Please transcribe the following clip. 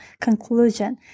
conclusion